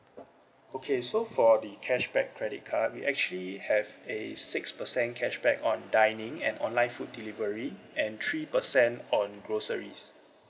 okay so for the cashback credit card we actually have a six percent cashback on dining and online food delivery and three percent on groceries